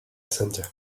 center